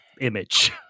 image